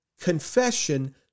Confession